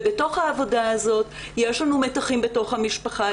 בתוך העבודה הזאת אנחנו רואות מתחים בתוך המשפחה,